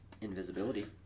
Invisibility